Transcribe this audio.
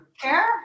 care